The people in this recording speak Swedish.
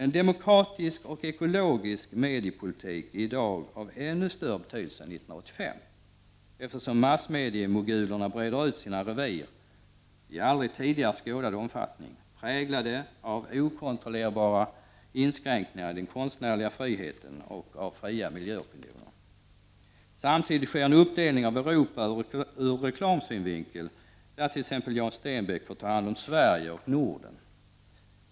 En demokratisk och ekologisk mediepolitik är i dag av ännu större betydelse än 1985, eftersom massmediemogulerna breder ut sina revir i aldrig tidigare skådad omfattning, präglade av okontrollerbara inskränkningar i den konstnärliga friheten och av fria miljöopinioner. Samtidigt sker en uppdelning av Europa ur reklamsynvinkel, där t.ex. Jan Stenbeck får ta hand om Sverige och Norden.